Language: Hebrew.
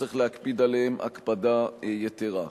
שצריך להקפיד עליהן הקפדה יתירה.